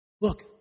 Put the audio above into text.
Look